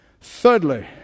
Thirdly